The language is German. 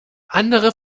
andere